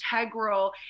integral